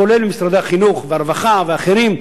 כולל משרדי החינוך והרווחה ואחרים,